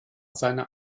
seine